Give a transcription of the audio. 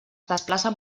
desplacen